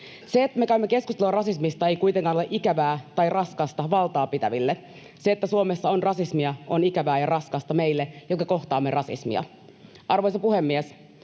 Se, että me käymme keskustelua rasismista, ei kuitenkaan ole ikävää tai raskasta valtaa pitäville. Se, että Suomessa on rasismia, on ikävää ja raskasta meille, jotka kohtaamme rasismia. Arvoisa puhemies!